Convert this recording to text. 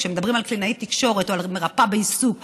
וכשמדברים על קלינאי תקשורת, או על מרפאה בעיסוק,